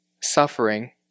suffering